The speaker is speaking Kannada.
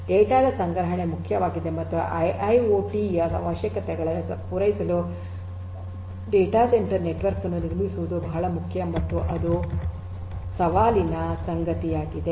ಡೇಟಾ ದ ಸಂಗ್ರಹಣೆ ಮುಖ್ಯವಾಗಿದೆ ಮತ್ತು ಐಐಒಟಿ ಯ ಅವಶ್ಯಕತೆಗಳನ್ನು ಪೂರೈಸಲು ಡಾಟಾ ಸೆಂಟರ್ ನೆಟ್ವರ್ಕ್ ಅನ್ನು ನಿರ್ಮಿಸುವುದು ಬಹಳ ಮುಖ್ಯ ಮತ್ತು ಇದು ಸವಾಲಿನ ಸಂಗತಿಯಾಗಿದೆ